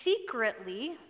secretly